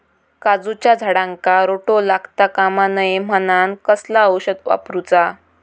काजूच्या झाडांका रोटो लागता कमा नये म्हनान कसला औषध वापरूचा?